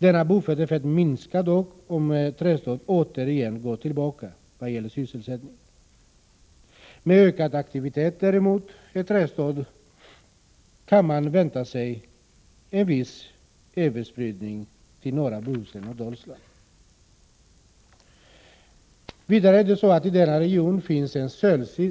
Denna bufferteffekt minskar dock om trestadsområdet återigen går tillbaka vad gäller sysselsättningen. Med ökad aktivitet i trestadsområdet kan man däremot vänta sig en viss överspridning till norra Bohuslän och Dalsland. Vidare är det så att det i denna region finns en